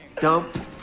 Dump